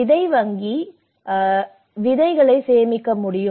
விதை விதை வங்கியில் சேமிக்க முடியும்